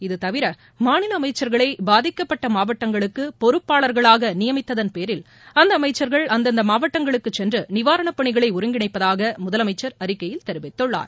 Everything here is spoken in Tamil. இதுதவிர மாநில அமைச்சர்களை பாதிக்கப்பட்ட மாவட்டங்களுக்கு பொறுப்பாளர்களாக நியமித்ததன் பேரில் அந்த அமைச்சா்கள் அந்தந்த மாவட்டங்களுக்கு சென்று நிவாரண பணிகளை ஒருங்கிணைப்பதாக முதலமைச்சர் அறிக்கையில் தெரிவித்துள்ளார்